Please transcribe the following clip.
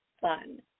fun